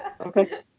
Okay